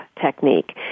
technique